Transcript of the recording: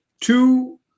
two